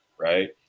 Right